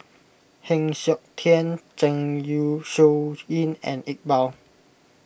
Heng Siok Tian Zeng Shouyin and Iqbal